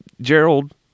Gerald